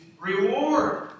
reward